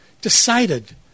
decided